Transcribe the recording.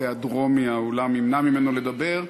היעדרו מהאולם ימנע ממנו לדבר.